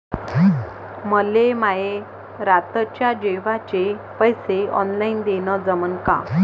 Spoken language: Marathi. मले माये रातच्या जेवाचे पैसे ऑनलाईन देणं जमन का?